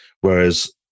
whereas